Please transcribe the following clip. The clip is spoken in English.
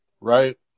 right